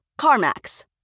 CarMax